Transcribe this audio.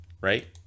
Right